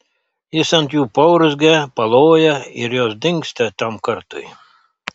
jis ant jų paurzgia paloja ir jos dingsta tam kartui